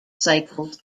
cycles